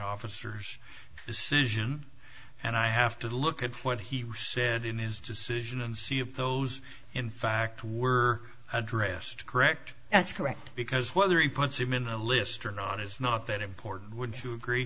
officers decision and i have to look at what he said in his decision and see if those in fact were addressed correct that's correct because whether he puts him in a list or not is not that important would you agree